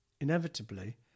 Inevitably